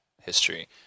history